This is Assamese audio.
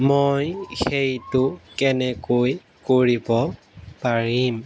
মই সেইটো কেনেকৈ কৰিব পাৰিম